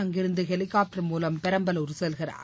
அங்கிருந்து ஹெலிகாப்டர் மூலம் பெரம்பலூர் செல்கிறார்